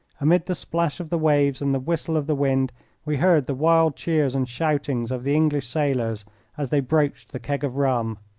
amid the splash of the waves and the whistle of the wind we heard the wild cheers and shoutings of the english sailors as they broached the keg of rum.